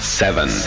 seven